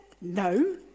No